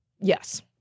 Yes